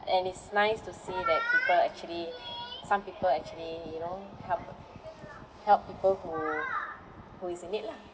and it's nice to see that people actually some people actually you know help help people who who is in need lah